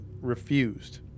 refused